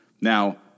Now